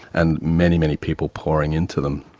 and many, many people pouring into them.